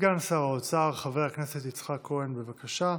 סגן שר האוצר חבר הכנסת יצחק כהן, בבקשה.